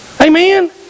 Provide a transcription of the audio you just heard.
Amen